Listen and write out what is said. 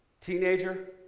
Teenager